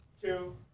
two